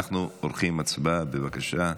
אנחנו עורכים הצבעה, בבקשה.